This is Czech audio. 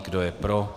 Kdo je pro?